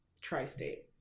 Tri-state